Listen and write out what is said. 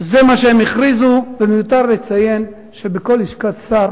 זה מה שהם הכריזו, ומיותר לציין שבכל לשכת שר